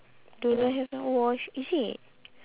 do not have not wash is it